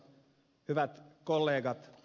hyvät kollegat